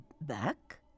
back